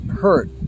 hurt